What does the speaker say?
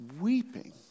weeping